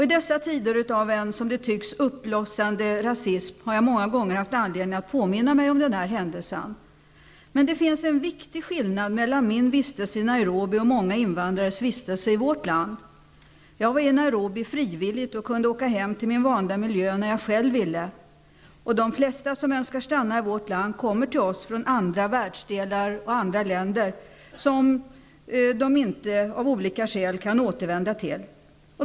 I dessa tider av, som det tycks, uppblossande rasism, har jag många gånger haft anledning att påminna mig om denna händelse. Men det finns en viktig skillnad mellan min vistelse i Nairobi och många invandrares vistelse i vårt land. Jag var i Nairobi frivilligt och kunde åka hem till min invanda miljö när jag själv ville. De flesta som önskar stanna i vårt land kommer till oss från andra världsdelar och länder som de av olika skäl inte kan återvända till.